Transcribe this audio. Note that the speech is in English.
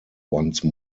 once